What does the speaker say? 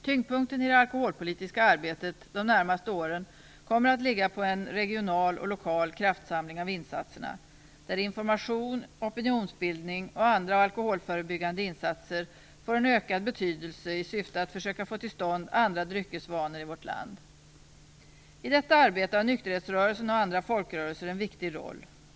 Tyngdpunkten i det alkoholpolitiska arbetet de närmaste åren kommer att ligga på en regional och lokal kraftsamling när det gäller insatserna, där information, opinionsbildning och andra alkoholförebyggande insatser får en ökad betydelse i syfte att försöka få till stånd andra dryckesvanor i vårt land. I detta arbete har nykterhetsrörelsen och andra organisationer en viktig roll.